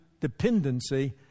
dependency